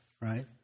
right